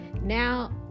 Now